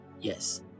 Yes